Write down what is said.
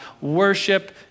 worship